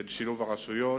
של שילוב הרשויות.